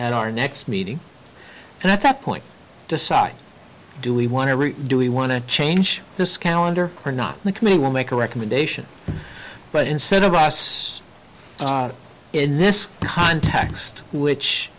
at our next meeting and at that point decide do we want to do we want to change this calendar or not the committee will make a recommendation but instead of us in this context which